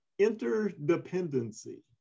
interdependency